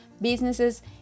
businesses